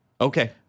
Okay